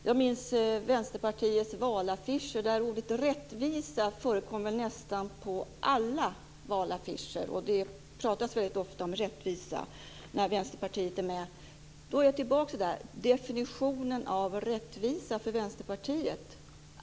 Jag minns Vänsterpartiets valaffischer där ordet rättvisa förekommer på nästan alla valaffischer, och det talas väldigt ofta om rättvisa när Vänsterpartiet är med. Då är jag tillbaka till definitionen av rättvisa för Vänsterpartiet.